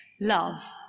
love